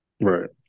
Right